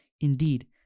Indeed